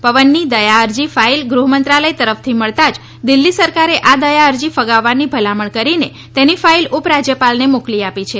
પવનની દયા અરજીની ફાઇલ ગૃહમંત્રાલય તરફથી મળતા જ દિલ્ફીની સરકારે આ દયા અરજી ફગાવવાની ભલામણ કરીને તેની ફાઇલ ઉપરાજ્યપાલને મોકલી આપી છે